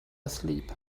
asleep